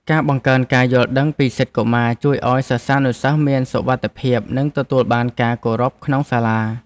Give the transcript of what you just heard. ការបង្កើនការយល់ដឹងពីសិទ្ធិកុមារជួយឱ្យសិស្សានុសិស្សមានសុវត្ថិភាពនិងទទួលបានការគោរពក្នុងសាលា។